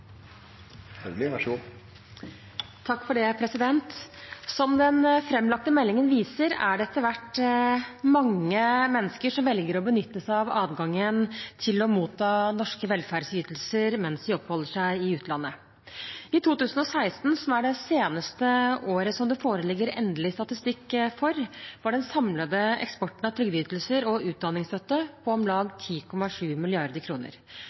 det etter hvert mange mennesker som velger å benytte seg av adgangen til å motta norske velferdsytelser mens de oppholder seg i utlandet. I 2016, det seneste året som det foreligger endelig statistikk for, var den samlede eksporten av trygdeytelser og utdanningsstøtte på om lag